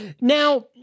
Now